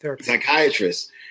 psychiatrist